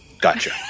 Gotcha